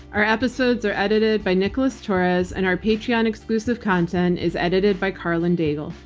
our episodes are edited by nicholas torres and our patreon exclusive content is edited by karlyn daigle.